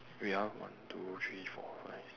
wait ah one two three four five